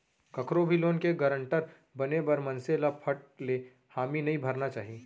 कखरो भी लोन के गारंटर बने बर मनसे ल फट ले हामी नइ भरना चाही